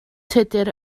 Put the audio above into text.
tudur